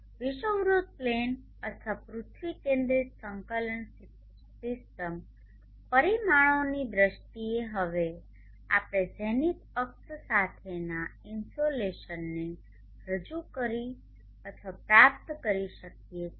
વિષુવવૃત્ત પ્લેન અથવા પૃથ્વી કેન્દ્રિત સંકલન સિસ્ટમ પરિમાણોની દ્રષ્ટિએ હવે આપણે ઝેનિથ અક્ષ સાથેના ઇન્સોલેશનને રજૂ કરી અથવા પ્રાપ્ત કરી શકીએ છીએ